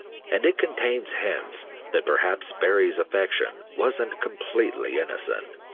and it contains hints that perhaps barrie's affection wasn't completely innocent.